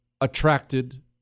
attracted